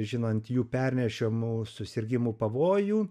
žinant jų pernešiamų susirgimų pavojų